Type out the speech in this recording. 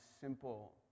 simple